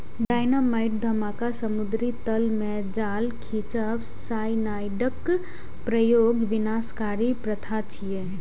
dynamite धमाका, समुद्री तल मे जाल खींचब, साइनाइडक प्रयोग विनाशकारी प्रथा छियै